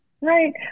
right